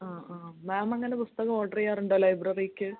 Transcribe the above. ആ ആ മാമ് അങ്ങനെ പുസ്തകം ഓഡറ് ചെയ്യാറുണ്ടോ ലൈബ്രറിക്ക്